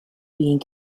being